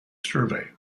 survey